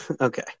Okay